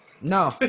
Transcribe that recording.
No